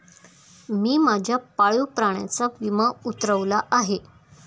मी माझ्या पाळीव प्राण्याचा विमा उतरवला आहे